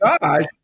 God